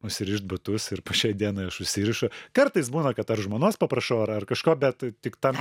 užsirišt batus ir po šiai dienai aš užsirišu kartais būna kad ar žmonos paprašau ar ar kažko bet tik tam